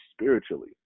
spiritually